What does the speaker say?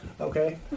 Okay